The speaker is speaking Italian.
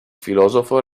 filosofo